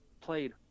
played